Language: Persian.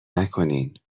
نکنین